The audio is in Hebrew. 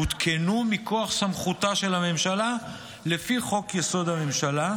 הותקנו מכוח סמכותה של הממשלה לפי חוק-יסוד: הממשלה.